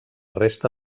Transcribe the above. resta